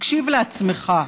תקשיב לעצמך: